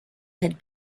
had